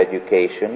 education